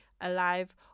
alive